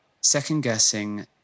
second-guessing